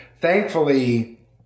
thankfully